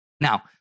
Now